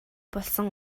болсон